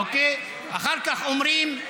אחר כך אומרים: